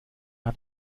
hat